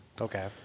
Okay